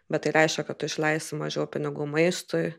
bet tai reiškia kad tu išleisi mažiau pinigų maistui